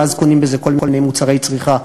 ואז קונים בזה כל מיני מוצרי צריכה,